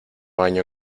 año